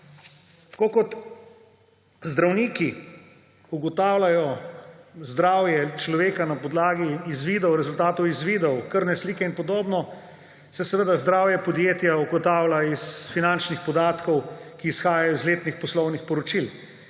Tako kot zdravniki ugotavljajo zdravje človeka na podlagi rezultatov izvidov, krvne slike in podobno, se seveda zdravje podjetja ugotavlja iz finančnih podatkov, ki izhajajo iz letnih poslovnih poročil.